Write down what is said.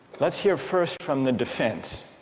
let's hear first from the defense